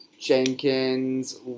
Jenkins